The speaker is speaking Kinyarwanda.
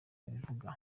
abivuga